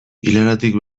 ilaratik